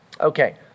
Okay